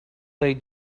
play